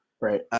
Right